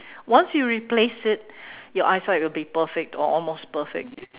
once you replace it your eyesight will be perfect or almost perfect